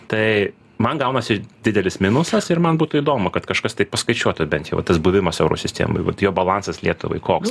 tai man gaunasi didelis minusas ir man būtų įdomu kad kažkas tai paskaičiuotų bent jau o tas buvimas euro sistemoj vat jo balansas lietuvai koks